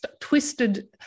twisted